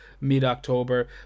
mid-October